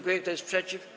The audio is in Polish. Kto jest przeciw?